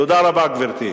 תודה רבה, גברתי.